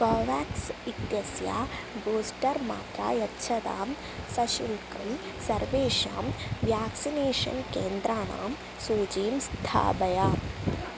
Covax इत्यस्य booster मात्रा यच्छतां सशुल्कं सर्वेषां व्याक्सिनेषन् केन्द्राणां सूचीं स्थापय